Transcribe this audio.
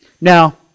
Now